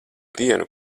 dienu